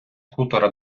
хутора